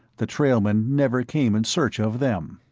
the trailmen never came in search of them.